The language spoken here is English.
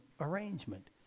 arrangement